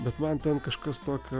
bet man ten kažkas tokio